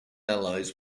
allies